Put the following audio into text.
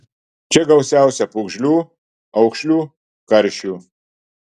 čia gausiausia pūgžlių aukšlių karšių